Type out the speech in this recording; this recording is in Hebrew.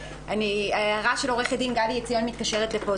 התשנ"א-1992," וההערה של עורכת גלי עציון מתקשרת לפה.